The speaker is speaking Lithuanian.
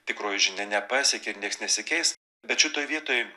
tikroji žinia nepasiekė ir nieks nesikeis bet šitoj vietoj